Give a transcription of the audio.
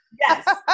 Yes